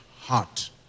heart